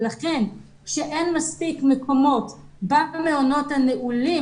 לכן כשאין מספיק מקומות במעונות הנעולים